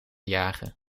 jagen